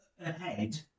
ahead